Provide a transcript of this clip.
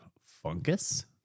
fungus